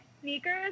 sneakers